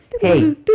Hey